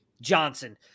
Johnson